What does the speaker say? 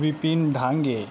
Vipin Dhange